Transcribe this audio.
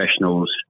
professionals